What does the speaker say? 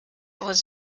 was